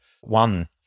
one